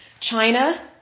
China